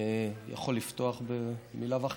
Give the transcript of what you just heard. אני יכול לפתוח במילה וחצי?